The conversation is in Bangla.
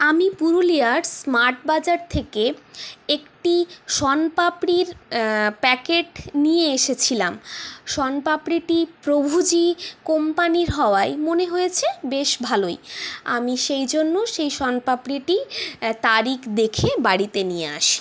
আমি পুরুলিয়ার স্মার্ট বাজার থেকে একটি শনপাপড়ির প্যাকেট নিয়ে এসেছিলাম শনপাপড়িটির প্রভুজী কোম্পানির হওয়াই মনে হয়েছে বেশ ভালোই আমি সেইজন্য সেই শনপাপড়িটি তারিখ দেখে বাড়িতে নিয়ে আসি